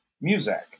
music